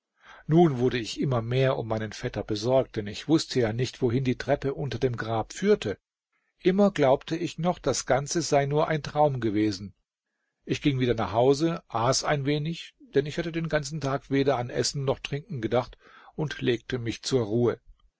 nun wurde ich immer mehr um meinen vetter besorgt denn ich wußte ja nicht wohin die treppe unter dem grab führte immer glaubte ich noch das ganze sei nur ein traum gewesen ich ging wieder nach hause aß ein wenig denn ich hatte den ganzen tag weder an essen noch trinken gedacht und legte mich zur ruhe